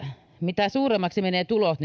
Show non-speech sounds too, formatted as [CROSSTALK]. mitä suuremmaksi menevät tulot [UNINTELLIGIBLE]